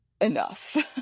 enough